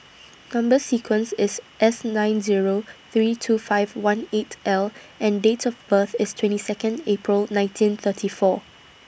Number sequence IS S nine Zero three two five one eight L and Date of birth IS twenty Second April nineteen thirty four